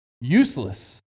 useless